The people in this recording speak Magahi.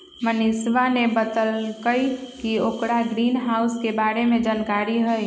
मनीषवा ने बतल कई कि ओकरा ग्रीनहाउस के बारे में जानकारी हई